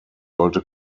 sollte